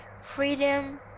freedom